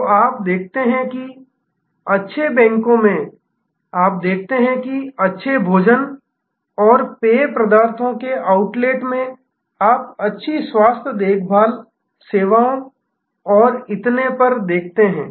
तो आप देखते हैं कि अच्छे बैंकों में आप देखते हैं कि अच्छे भोजन और पेय पदार्थों के आउटलेट में आप अच्छी स्वास्थ्य देखभाल सेवाओं और इतने पर देखते हैं